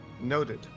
Noted